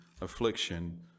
affliction